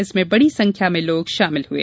इसमें बड़ी संख्या में लोग शामिल हुए